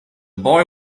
boy